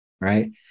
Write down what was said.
right